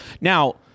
Now-